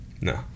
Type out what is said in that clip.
No